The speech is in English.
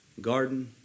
garden